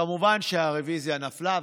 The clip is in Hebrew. כמובן שהרוויזיה נפלה,